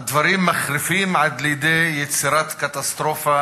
הדברים מחריפים עד לידי יצירת קטסטרופה